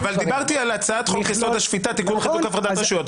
דיברתי על הצעת חוק-יסוד: השפיטה (תיקון חיזוק הפרדת רשויות).